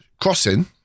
crossing